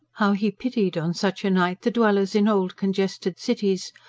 how he pitied, on such a night, the dwellers in old, congested cities,